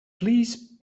please